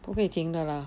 不可以停的了